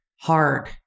hard